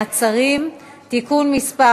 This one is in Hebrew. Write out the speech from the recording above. מעצרים) (תיקון מס'